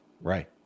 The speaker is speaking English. Right